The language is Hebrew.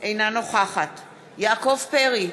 אינה נוכחת יעקב פרי,